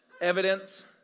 Evidence